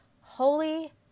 Holy